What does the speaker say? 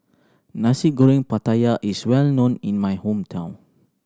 Nasi Goreng Pattaya is well known in my hometown